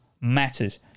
Matters